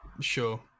sure